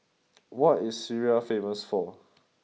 what is Syria famous for